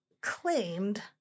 claimed